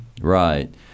Right